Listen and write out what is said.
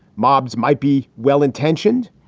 mobs might be well-intentioned.